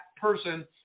person